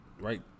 Right